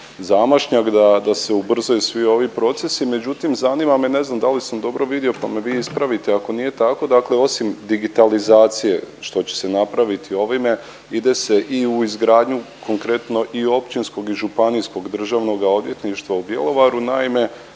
zamašnjak da, da se ubrzaju svi ovi procesi. Međutim, zanima me ne znam da li sam dobro vidio pa me vi ispravite ako nije tako, dakle osim digitalizacije što će se napraviti ovime ide se i u izgradnju konkretno i općinskog i županijskoga državnoga odvjetništva u Bjelovaru. Naime,